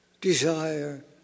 desire